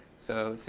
so let's